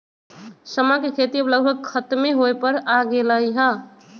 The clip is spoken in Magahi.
समा के खेती अब लगभग खतमे होय पर आ गेलइ ह